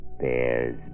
bears